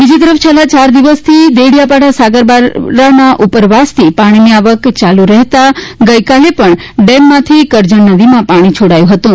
બીજી તરફ છેલ્લા ચાર દિવસથી ડેડીયા પાડા સાગબારાના ઉપરવાસથી પાણીની આવક ચાલુ રહેતા ગઈકાલે પણ ડેમમાંથી કરજણ નદીમાં પાણી છોડાયું હતું